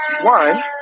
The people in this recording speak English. one